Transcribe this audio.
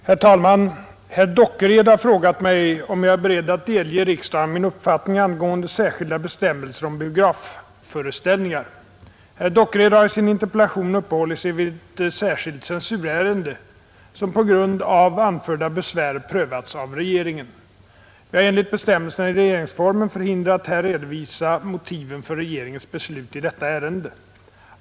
Herr talman! Herr Dockered har frågat mig om jag är beredd delge riksdagen min uppfattning angående särskilda bestämmelser om biografföreställningar. Herr Dockered har i sin interpellation uppehållit sig vid ett särskilt censurärende, som på grund av anförda besvär prövats av regeringen. Jag är enligt bestämmelserna i regeringsformen förhindrad att här redovisa motiven för regeringens beslut i detta ärende.